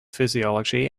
physiology